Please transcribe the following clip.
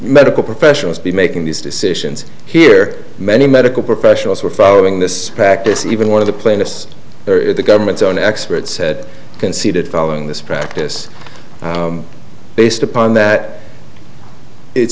medical professionals be making these decisions here many medical professionals who are following this practice even one of the plaintiffs there is the government's own expert said conceded following this practice based upon that it's